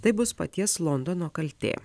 tai bus paties londono kaltė